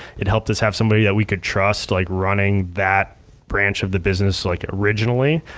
it helped us have somebody that we could trust like running that branch of the business, like originally.